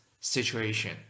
situation